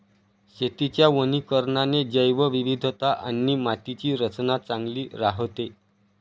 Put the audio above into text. शेतीच्या वनीकरणाने जैवविविधता आणि मातीची रचना चांगली राहते